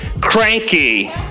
cranky